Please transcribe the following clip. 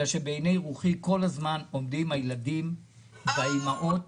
בגלל שבעיני רוחי עומדים הילדים ועומדות האימהות